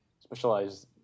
specialized